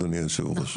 אדוני יושב הראש.